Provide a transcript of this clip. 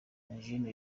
angelina